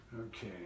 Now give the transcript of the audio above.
Okay